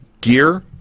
gear